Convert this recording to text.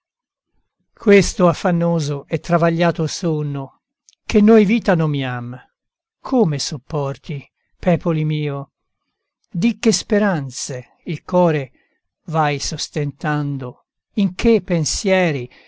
questo affannoso e travagliato sonno che noi vita nomiam come sopporti pepoli mio di che speranze il core vai sostentando in che pensieri